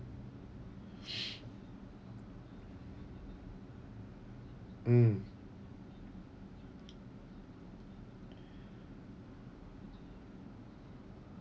mm